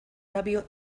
labio